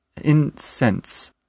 Incense